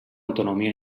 autonomia